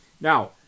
Now